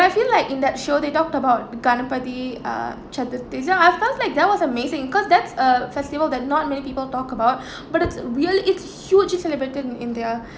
I feel like in that show they talked about ganupathi uh chaturthi I first like that was amazing cause that's a festival that not many people talk about but it's real it's hugely celebrated in india